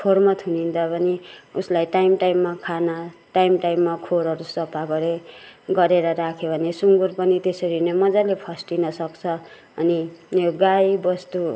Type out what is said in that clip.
खोरमा थुनिँदा पनि उसलाई टाइम टाइममा खाना टाइम टाइममा खोरहरू सफा गरे गरेर राख्यो भने सुँगुर पनि त्यसरी नै मज्जाले फस्टिन सक्छ अनि यो गाई बस्तु